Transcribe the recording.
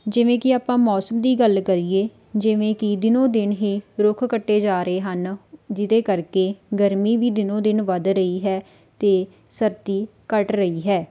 ਜਿਵੇਂ ਕਿ ਆਪਾਂ ਮੌਸਮ ਦੀ ਗੱਲ ਕਰੀਏ ਜਿਵੇਂ ਕਿ ਦਿਨੋ ਦਿਨ ਹੀ ਰੁੱਖ ਕੱਟੇ ਜਾ ਰਹੇ ਹਨ ਜਿਹਦੇ ਕਰਕੇ ਗਰਮੀ ਵੀ ਦਿਨੋ ਦਿਨ ਵੱਧ ਰਹੀ ਹੈ ਅਤੇ ਸਰਦੀ ਘੱਟ ਰਹੀ ਹੈ